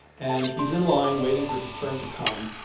and he's in line, waiting for his turn to come,